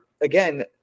again